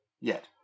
Yet